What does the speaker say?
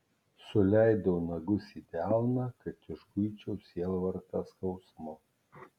suleidau nagus į delną kad išguičiau sielvartą skausmu